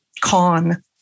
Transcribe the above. con